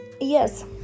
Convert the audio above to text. yes